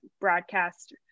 broadcast